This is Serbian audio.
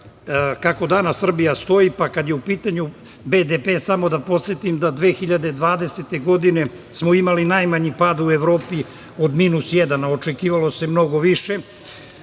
kako danas Srbija stoji. Kada je u pitanju BDP samo da podsetim da 2020. godine smo imali najmanji pad u Evropi od minus jedan, a očekivalo se mnogo više.